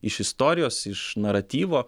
iš istorijos iš naratyvo